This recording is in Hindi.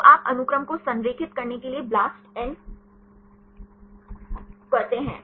तो आप अनुक्रम को संरेखित करने के लिए blastn करते हैं